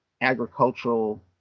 agricultural